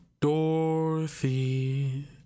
Dorothy